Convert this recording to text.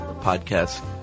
podcast